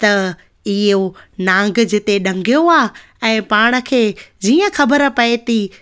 त इहो नांग जिते ॾंगियो आहे ऐं पाण खे जीअं ख़बरु पए थी